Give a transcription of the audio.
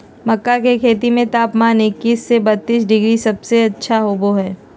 मक्का के खेती में तापमान इक्कीस से बत्तीस डिग्री सबसे अच्छा होबो हइ